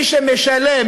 מי שמשלם,